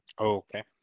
Okay